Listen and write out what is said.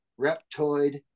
Reptoid